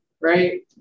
right